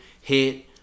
hit